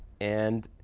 and